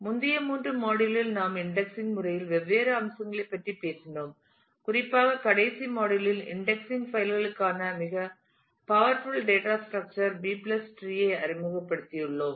முந்தைய 3 மாடியுல் இல் நாம் இன்டெக்ஸிங் முறையின் வெவ்வேறு அம்சங்களைப் பற்றிப் பேசினோம் குறிப்பாக கடைசி மாடியுல் இல் இன்டெக்ஸிங் பைல் களுக்கான மிக powerful data structure B tree ஐ அறிமுகப்படுத்தியுள்ளோம்